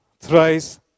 thrice